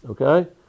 Okay